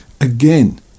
Again